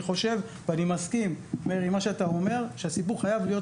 אני חושב ואני מסכים עם מה שאתה אומר שהסיפור חייב להיות